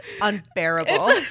unbearable